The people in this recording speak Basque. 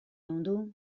ehundu